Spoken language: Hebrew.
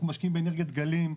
אנחנו משקיעים באנרגיית גלים,